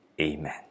Amen